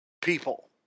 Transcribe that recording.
people